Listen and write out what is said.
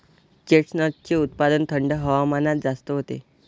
चेस्टनटचे उत्पादन थंड हवामानात जास्त होते